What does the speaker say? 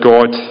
God